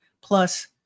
plus